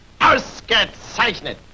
Ausgezeichnet